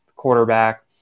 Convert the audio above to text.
quarterback